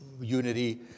unity